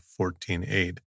14.8